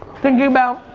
thinking about,